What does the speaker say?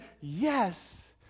yes